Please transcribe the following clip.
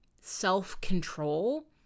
self-control